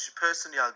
personally